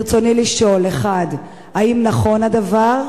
ברצוני לשאול: 1. האם נכון הדבר?